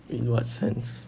in what sense